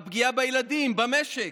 הפגיעה בילדים, במשק?